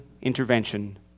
intervention